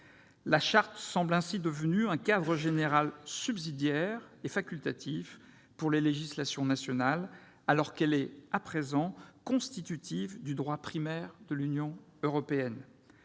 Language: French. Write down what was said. La Charte semble ainsi être devenue un cadre général subsidiaire et facultatif pour les législations nationales, alors qu'elle est, à présent, constitutive du droit primaire de l'Union européenne.